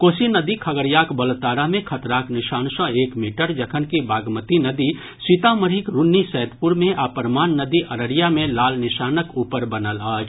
कोसी नदी खगड़ियाक बलतारा मे खतराक निशान सँ एक मीटर जखनकि बागमती नदी सीतामढ़ीक रून्नीसैदपुर मे आ परमान नदी अररिया मे लाल निशानक ऊपर बनल अछि